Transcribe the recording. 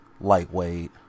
lightweight